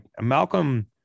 Malcolm